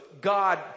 God